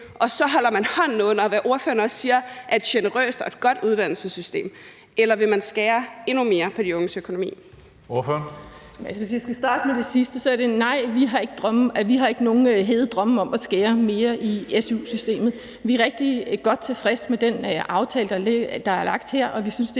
så holder hånden under et generøst og et godt uddannelsessystem? Eller vil man skære endnu mere på de unges økonomi?